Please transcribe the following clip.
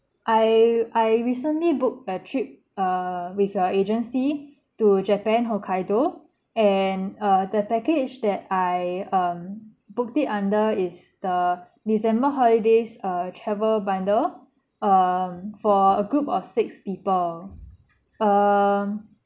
I I recently booked a trip uh with your agency to japan hokkaido and uh the package that I um booked it under is the december holidays uh travel bundle um for a group of six people um